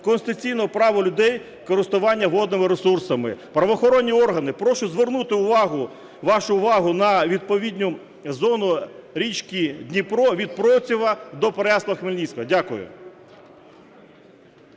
конституційного права людей користування водними ресурсами. Правоохоронні органи, прошу звернути увагу, вашу увагу на відповідну зону річки Дніпро від Процева до Переяслава-Хмельницького. Дякую.